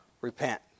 repent